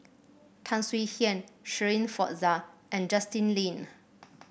Tan Swie Hian Shirin Fozdar and Justin Lean